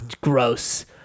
gross